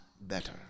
better